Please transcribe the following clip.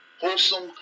wholesome